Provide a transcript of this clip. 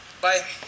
Bye